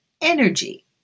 energy